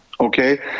Okay